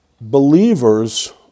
believers